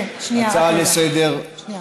שנייה.